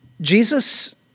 Jesus